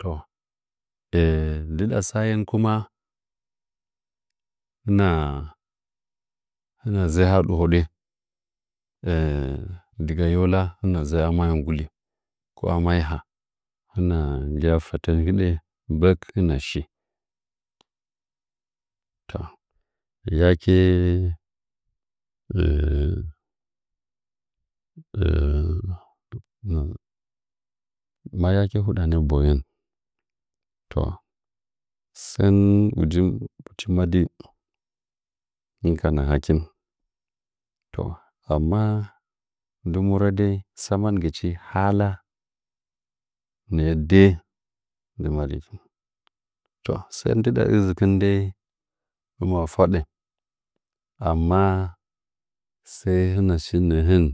Ta ndɨɗa saen kuma hɨna dzɨ a bwaadɚ daga yola hina dzɨ a mayo nguli ko a maiha hɨna njan fɚtɚn hiɗɚ gbɚk hɨna shi to yake ahɚɚ ma yake huɗanɚ boyen to sɚ ‘’uji pithn amma ndi marɚ dai tsamagɨchi hala nɚ dɚɚ ka madɨkɨh sɚn ndɨɗa ɨnzɨkɨn dai hɨnya faɗa amma sai hina shi nahan